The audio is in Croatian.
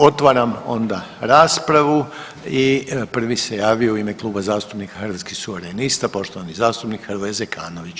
Otvaram onda raspravu i prvi se javio u ime Kluba zastupnika Hrvatskih suverenista, poštovani zastupnik Hrvoje Zekanović.